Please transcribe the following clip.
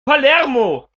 palermo